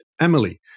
Emily